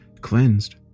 cleansed